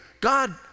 God